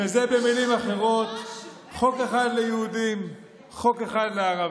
שזה במילים אחרות חוק אחד ליהודים וחוק אחד לערבים.